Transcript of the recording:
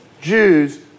Jews